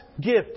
gift